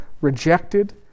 rejected